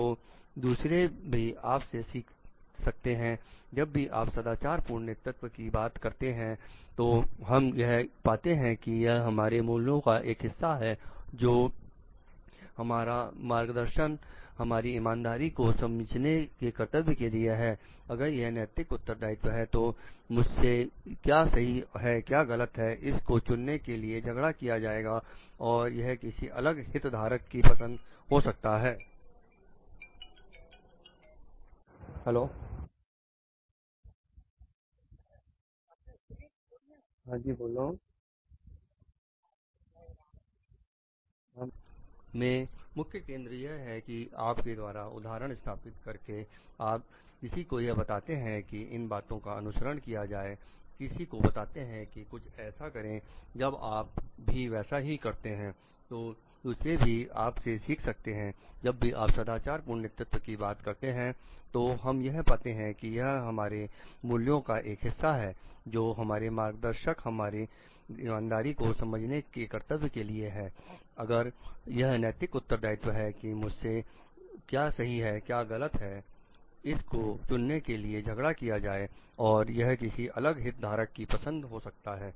तो दूसरे भी आप से सीख सकते हैं जब भी आप सदाचार पूर्ण नेतृत्व की बात करते हैं तो हम यह पाते हैं कि यह हमारे मूल्यों का एक हिस्सा है जो हमारा मार्गदर्शन हमारी ईमानदारी को समझने के कर्तव्य के लिए है अगर यह नैतिक उत्तरदायित्व है कि मुझसे क्या सही है क्या गलत है इस को चुनने के लिए झगड़ा किया जाए और यह किसी अलग हित धारक की पसंद हो सकती है